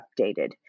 updated